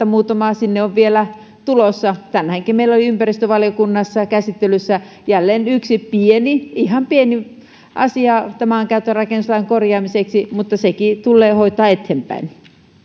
muutama sinne olisi vielä tulossa ja se on todennäköistä tänäänkin meillä oli ympäristövaliokunnassa käsittelyssä jälleen yksi ihan pieni asia tämän maankäyttö ja rakennuslain korjaamiseksi mutta sekin tulee hoitaa eteenpäin